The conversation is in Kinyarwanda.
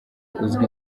uzwi